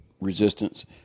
resistance